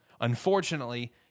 Unfortunately